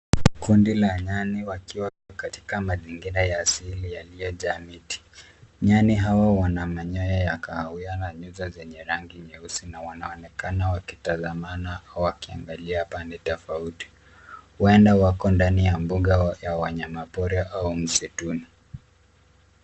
Kundi la nyani wakiwa katika mazingira ya asili yaliyojaa miti. Nyani hawa wana manyoya ya kahawiana nyuso zenye rangi nyeusi na wanaonekana wakitazamana wakiangalia pande tofauti. Huenda wako ndani ya mbuga ya wanyamapori au msituni.